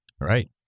right